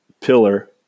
Pillar